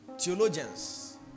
theologians